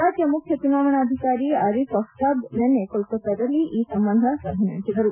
ರಾಜ್ಞ ಮುಖ್ಯ ಚುನಾವಣಾಧಿಕಾರಿ ಅರೀಫ್ ಅಫ್ತಾಬ್ ನಿನ್ನೆ ಕೋಲ್ತತ್ತಾದಲ್ಲಿ ಈ ಸಂಬಂಧ ಸಭೆ ನಡೆಸಿದರು